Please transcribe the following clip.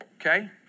okay